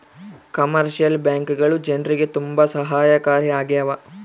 commercial ಬ್ಯಾಂಕ್ಗಳು ಜನ್ರಿಗೆ ತುಂಬಾ ಸಹಾಯಕಾರಿ ಆಗ್ಯಾವ